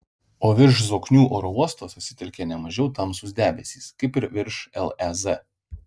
o virš zoknių oro uosto susitelkė ne mažiau tamsūs debesys kaip ir virš lez